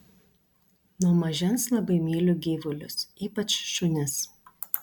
nuo mažens labai myliu gyvulius ypač šunis